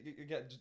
again